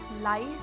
Life